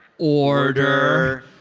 order,